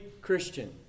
Christian